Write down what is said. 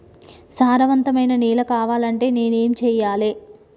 సారవంతమైన నేల కావాలంటే నేను ఏం చెయ్యాలే?